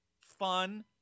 fun